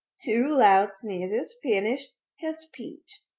two loud sneezes finished his speech.